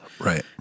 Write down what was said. right